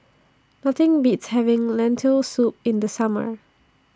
Nothing Beats having Lentil Soup in The Summer